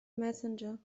messenger